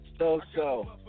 So-so